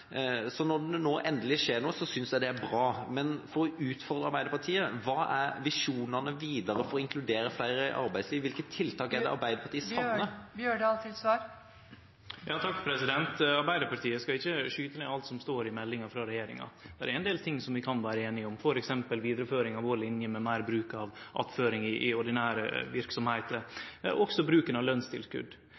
Så når det nå endelig skjer noe, synes jeg det er bra. Men for å utfordre Arbeiderpartiet: Hva er visjonene videre for å inkludere flere i arbeidslivet? Hvilke tiltak savner Arbeiderpartiet? Arbeidarpartiet skal ikkje skyte ned alt som står i meldinga frå regjeringa. Der er det ein del ting som vi kan vere einige om, f.eks. vidareføring av vår linje med meir bruk av attføring i ordinære verksemder og også bruken av